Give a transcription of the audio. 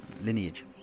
lineage